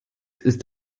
ist